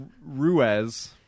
Ruiz